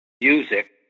music